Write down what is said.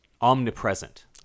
omnipresent